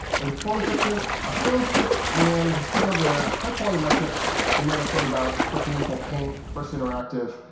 in the performance section, a filmstrip and some of the high quality metrics you might have heard about. first meaningful paint, first interactive,